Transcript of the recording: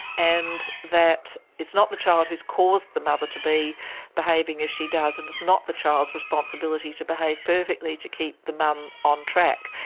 and that it's not the child who has caused the mother to be behaving as she does and it's not the child's responsibility to behave perfectly to keep the mum on track.